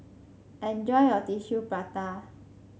enjoy your Tissue Prata